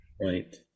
Right